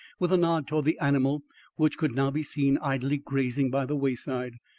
with a nod towards the animal which could now be seen idly grazing by the wayside.